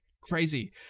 crazy